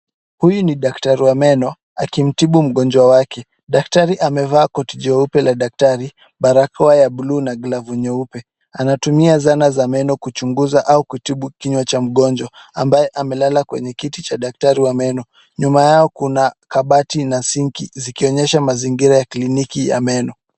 Huyu ni daktari wa meno akimtibu mgonjwa wake. Daktari amevaa koti jeupe la daktari, barakoa ya blue na glavu nyeupe. Anatumia zana za meno kuchunguza au kutibu kinywa cha mgonjwa ambaye amelala kwenye kiti cha daktari wa meno. Nyuma yao kuna kabati na sinki zikionyesha mazingira ya kliniki ya meno.